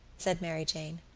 said mary jane.